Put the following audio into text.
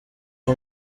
uwo